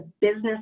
business